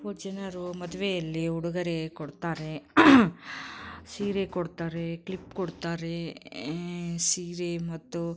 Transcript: ಹೋದ ಜನರು ಮದುವೆಯಲ್ಲಿ ಉಡುಗೊರೆ ಕೊಡ್ತಾರೆ ಸೀರೆ ಕೊಡ್ತಾರೆ ಕ್ಲಿಪ್ ಕೊಡ್ತಾರೆ ಸೀರೆ ಮತ್ತು